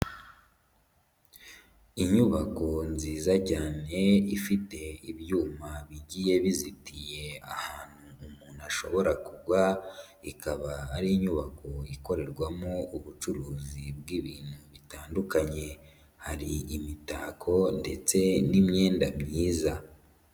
Inyubako nziza cyane ifite ibyuma bigiye bizitiye ahantu umuntu ashobora kugwa ikaba ari inyubako ikorerwamo ubucuruzi bw'ibintu bitandukanye hari imitako ndetse n'imyenda myiza.